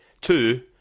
two